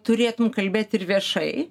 turėtum kalbėt ir viešai